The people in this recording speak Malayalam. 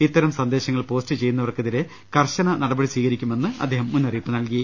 ഇത്തരം സന്ദേ ശങ്ങൾ പോസ്റ്റ് ചെയ്യുന്നവർക്കെതിരെ കർശന നടപടി സ്വീകരിക്കുമെന്നും അദ്ദേഹം മുന്നറിയിപ്പ് നൽകി